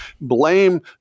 blame